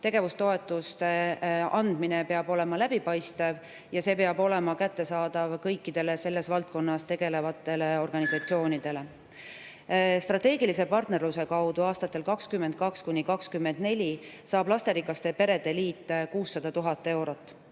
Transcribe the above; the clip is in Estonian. Tegevustoetuste andmine peab olema läbipaistev ja see peab olema kättesaadav kõikidele selles valdkonnas tegelevatele organisatsioonidele. Strateegilise partnerluse kaudu aastatel 2022–2024 saab lasterikaste perede liit 600 000 eurot.